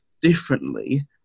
differently